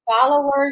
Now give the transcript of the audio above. followers